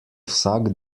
vsak